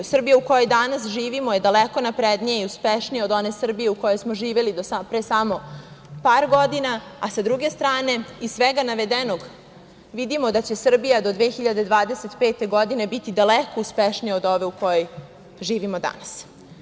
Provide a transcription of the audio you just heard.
Srbija u kojoj danas živimo je daleko naprednija i uspešnija od one Srbije u kojoj smo živeli do pre samo par godina, a sa druge strane, iz svega navedenog, vidimo da će Srbija do 2025. godine biti daleko uspešnija od ove u kojoj živimo danas.